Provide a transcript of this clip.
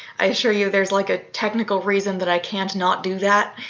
i assure you there's like a technical reason that i can't not do that,